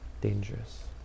dangerous